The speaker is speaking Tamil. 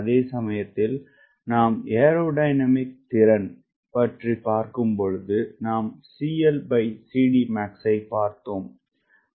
அதே சமயத்தில் நாம் ஏரோடையனாமிக் திறன் பற்றி பார்க்கும் பொழுது நாம் CLCDmaxஐ பார்த்தோம்